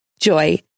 Joy